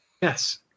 Yes